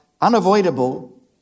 unavoidable